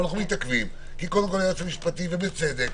אנחנו מתעכבים כי היועץ המשפטי בצדק